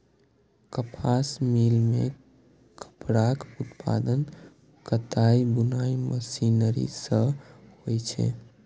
कपास मिल मे कपड़ाक उत्पादन कताइ बुनाइ मशीनरी सं होइ छै